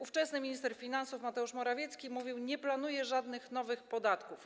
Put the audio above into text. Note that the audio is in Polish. Ówczesny minister finansów Mateusz Morawiecki mówił: Nie planuję żadnych nowych podatków.